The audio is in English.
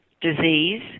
disease